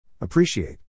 Appreciate